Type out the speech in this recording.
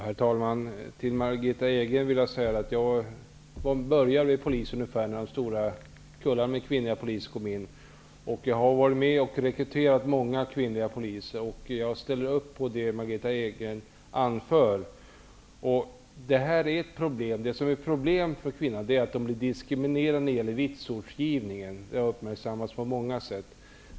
Herr talman! Till Margitta Edgren vill jag säga att jag började vid Polisen ungefär vid den tidpunkt då de stora kullarna med kvinnliga poliser antogs. Vidare har jag varit med vid rekrytering av många kvinnliga poliser. Jag ansluter mig till vad Margitta Edgren här anför. Problemet för kvinnor är alltså att de blir diskriminerade när det gäller vitsordsgivningen. Det har uppmärksammats på många sätt.